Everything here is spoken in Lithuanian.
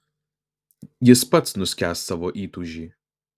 jis pats nuskęs savo įtūžy